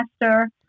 master